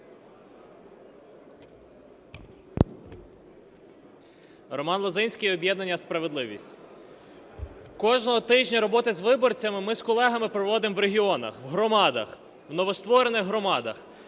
Роман Лозинський, об'єднання "Справедливість". Кожен тиждень роботи з виборцями ми з колегами проводимо в регіонах, в громадах, в новостворених громадах.